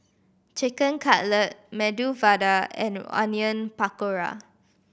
Chicken Cutlet Medu Vada and Onion Pakora